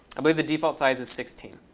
i believe the default size is sixteen.